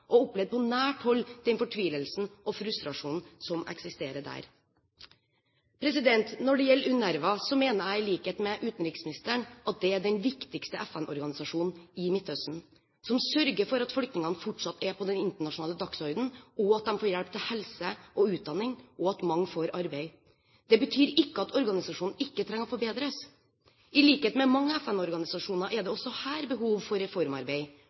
og opplevd på nært hold den fortvilelsen og frustrasjonen som eksisterer der. Når det gjelder UNRWA, mener jeg, i likhet med utenriksministeren, at det er den viktigste FN-organisasjonen i Midtøsten, som sørger for at flyktningene fortsatt er på den internasjonale dagsordenen, at de får hjelp til helse og utdanning, og at mange får arbeid. Det betyr ikke at organisasjonen ikke trenger å forbedres. I likhet med mange FN-organisasjoner er det også her behov for reformarbeid.